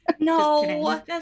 no